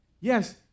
Yes